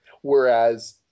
Whereas